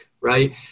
right